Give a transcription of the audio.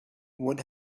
would